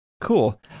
Cool